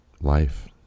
life